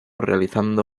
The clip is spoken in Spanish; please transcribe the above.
realizando